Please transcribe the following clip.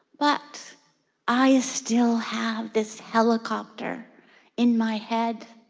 but i still have this helicopter in my head.